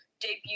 debut